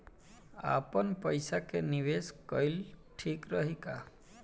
आपनपईसा के निवेस कईल ठीक रही का?